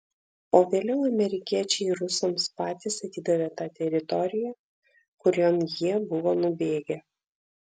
o vėliau amerikiečiai rusams patys atidavė tą teritoriją kurion jie buvo nubėgę